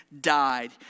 died